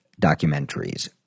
documentaries